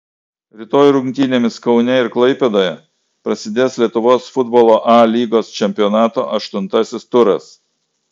rytoj rungtynėmis kaune ir klaipėdoje prasidės lietuvos futbolo a lygos čempionato aštuntasis turas